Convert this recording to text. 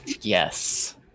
Yes